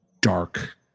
dark